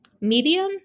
Medium